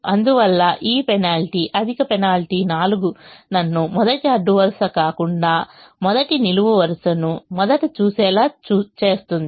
అందువల్ల ఈ పెనాల్టీ అధిక పెనాల్టీ 4 నన్ను మొదటి అడ్డు వరుస కాకుండా మొదటి నిలువు వరుసను మొదట చూసేలా చేస్తుంది